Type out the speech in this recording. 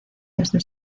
desde